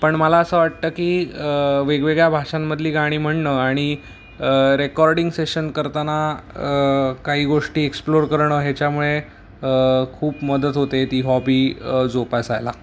पण मला असं वाटतं की वेगवेगळ्या भाषांमधली गाणी म्हणणं आणि रेकॉर्डिंग सेशन करताना काही गोष्टी एक्सप्लोर करणं ह्याच्यामुळे खूप मदत होते ती हॉबी जोपासायला